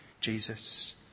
Jesus